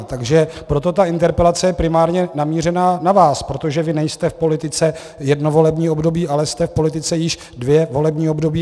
Takže proto ta interpelace je primárně namířená na vás, protože vy nejste v politice jedno volební období, ale jste v politice již dvě volební období.